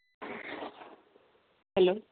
hello